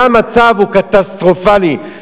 זה המצב, הוא קטסטרופלי.